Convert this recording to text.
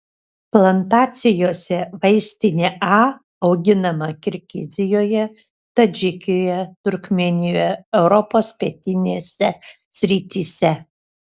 plantacijose vaistinė a auginama kirgizijoje tadžikijoje turkmėnijoje europos pietinėse srityse